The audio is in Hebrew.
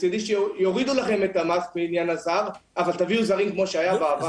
מצידי שיורידו לכם את המס בעניין הזר אבל תביאו זרים כמו שהיה בעבר.